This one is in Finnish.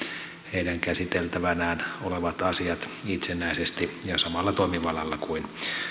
heidän käsiteltävänään olevat asiat itsenäisesti ja samalla toimivallalla kuin